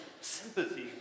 Sympathy